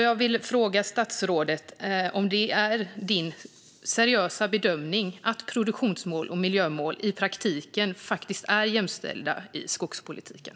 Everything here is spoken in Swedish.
Jag vill därför fråga statsrådet: Är det din seriösa bedömning att produktionsmål och miljömål i praktiken är jämställda i skogspolitiken?